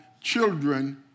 children